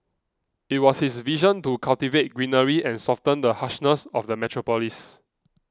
it was his vision to cultivate greenery and soften the harshness of the metropolis